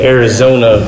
Arizona